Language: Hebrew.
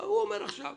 הוא אומר עכשיו,